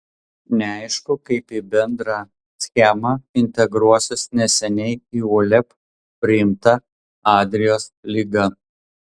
neaišku kaip į bendrą schemą integruosis neseniai į uleb priimta adrijos lyga